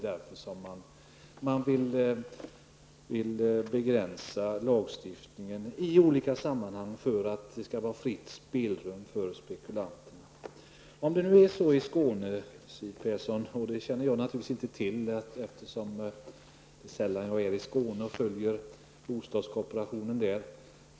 Moderaterna vill begränsa lagstiftningen i olika sammanhang för att man skall få fritt spelrum för spekulanterna. Det är kanske så i Skåne som Siw Persson påstår, vilket jag inte känner till, eftersom jag sällan är i Skåne och inte följer bostadskooperationen där.